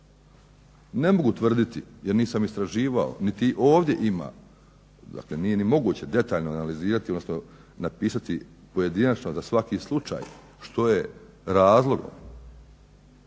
Ne mogu tvrditi jer nisam istraživao niti ovdje ima dakle nije ni moguće detaljno analizirati odnosno napisati pojedinačno za svaki slučaj što je razlogom,